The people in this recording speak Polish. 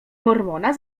mormona